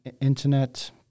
internet